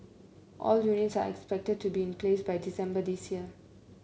all units are expected to be in place by December this year